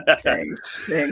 Thanks